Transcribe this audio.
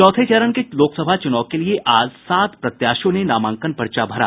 चौथे चरण के लोकसभा चूनाव के लिए आज सात प्रत्याशियों ने नामांकन पर्चा भरा